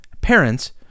parents